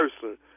person